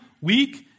weak